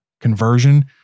conversion